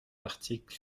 article